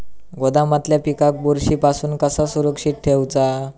गोदामातल्या पिकाक बुरशी पासून कसा सुरक्षित ठेऊचा?